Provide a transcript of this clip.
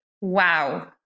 Wow